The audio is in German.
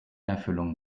erfüllung